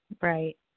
Right